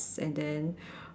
and then